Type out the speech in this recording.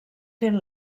fent